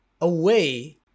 away